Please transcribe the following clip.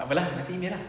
tak apa lah nanti email ah